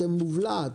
אתם מובלעת.